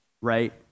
right